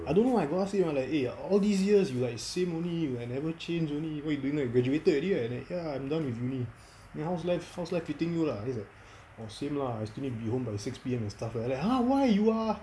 I don't know I got ask him ah like eh all these years you like same only you like never changed only what you doing now you graduated already right like ya I'm done with my uni then how's life treating you ah then he's like oh same lah I still need to be home by six pm and stuff ah then like !huh! why you are